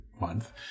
month